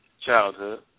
childhood